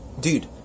dude